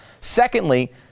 secondly